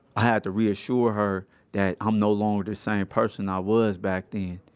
i had to reassure her that i'm no longer the same person i was back then